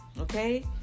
okay